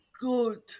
good